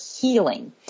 healing